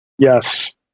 yes